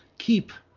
keep,